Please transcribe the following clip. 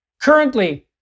currently